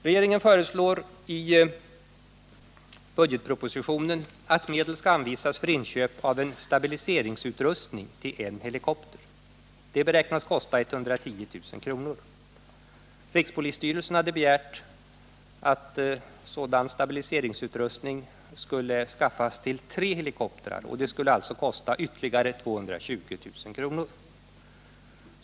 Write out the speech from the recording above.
Regeringen föreslår i budgetpropositionen att medel skall anvisas för inköp av en stabiliseringsutrustning till en helikopter. Det beräknas kosta 110 000 kr. Rikspolisstyrelsen hade begärt att sådan stabiliseringsutrustning skulle skaffas till tre helikoptrar, och det skulle alltså kosta ytterligare 220 000 kr.